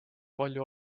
palju